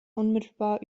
unmittelbar